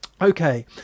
okay